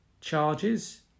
charges